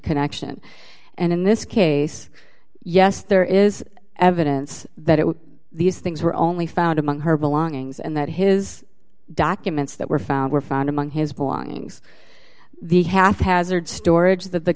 connection and in this case yes there is evidence that it was these things were only found among her belongings and that his documents that were found were found among his board the haphazard storage th